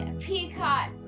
Peacock